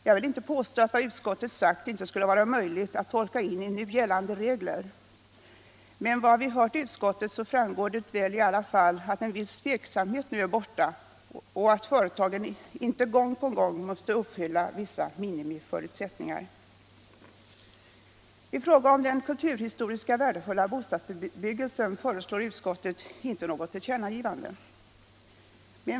Jag vill inte påstå att vad utskottet sagt inte skulle ha varit möjligt att tolka in i nu gällande regler. Av vad vi hört i utskottet framgår väl i alla fall att all tveksamhet nu är borta och att företagen inte gång på gång måste uppfylla vissa minimiförutsättningar. I fråga om den kulturhistoriskt värdefulla bostadsbebyggelsen föreslår utskottet inte något tillkännagivande.